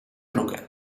truke